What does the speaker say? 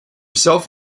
self